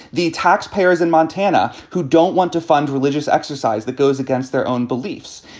the taxpayers in montana who don't want to fund religious exercise that goes against their own beliefs,